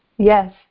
Yes